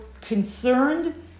concerned